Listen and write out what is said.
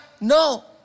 No